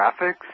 Graphics